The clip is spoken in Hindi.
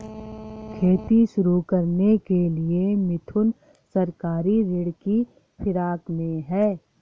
खेती शुरू करने के लिए मिथुन सहकारी ऋण की फिराक में है